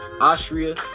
Austria